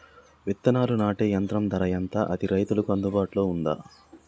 విత్తనాలు నాటే యంత్రం ధర ఎంత అది రైతులకు అందుబాటులో ఉందా?